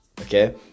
Okay